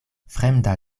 fremda